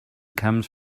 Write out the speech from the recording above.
comes